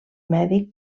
mèdic